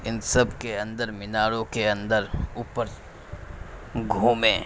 ان سب کے اندر میناروں کے اندر اوپر گھومیں